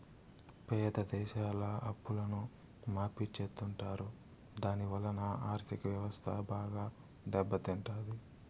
పేద దేశాల అప్పులను మాఫీ చెత్తుంటారు దాని వలన ఆర్ధిక వ్యవస్థ బాగా దెబ్బ తింటాది